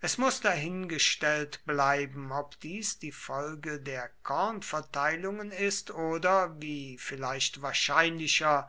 es muß dahingestellt bleiben ob dies die folge der kornverteilungen ist oder wie vielleicht wahrscheinlicher